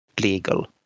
legal